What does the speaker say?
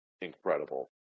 incredible